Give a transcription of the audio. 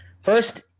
first